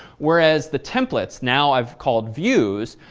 whereas the templates, now i've called views,